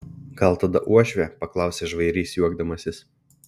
gal tada uošvė paklausė žvairys juokdamasis